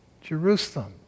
Jerusalem